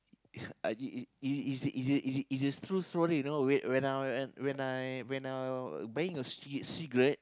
uh is is is is the true story you know when when I when I when I buying a ci~ cigarette